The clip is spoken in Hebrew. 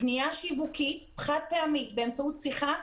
פנייה שיווקית חד פעמית באמצעות שיחה,